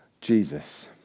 Jesus